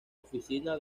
oficina